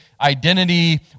identity